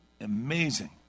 amazing